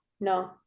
No